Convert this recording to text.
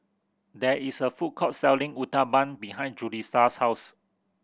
there is a food court selling Uthapam behind Julisa's house